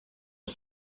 are